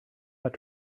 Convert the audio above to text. got